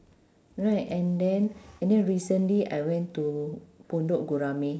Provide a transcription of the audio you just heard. right and then and then recently I went to pondok gurame